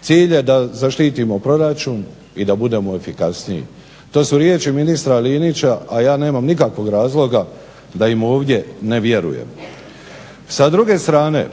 Cilj je da zaštitimo proračun i da budemo efikasniji. To su riječi ministra Linića, a ja nemam nikakvog razloga da im ovdje ne vjerujem. Sa druge strane,